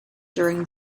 during